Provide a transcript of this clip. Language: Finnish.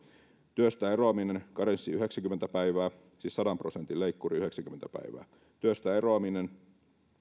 työstä eroaminen karenssi yhdeksänkymmentä päivää siis sadan prosentin leikkuri yhdeksänkymmentä päivää työstä eroaminen